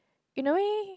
in a way